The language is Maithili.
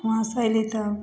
वहाँसँ अएली तऽ